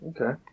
Okay